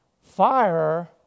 Fire